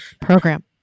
program